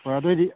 ꯍꯣꯏ ꯑꯗꯨ ꯑꯣꯏꯗꯤ